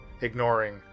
ignoring